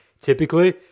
Typically